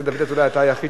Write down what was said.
שאתה הדובר היחיד